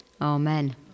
Amen